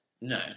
No